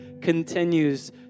continues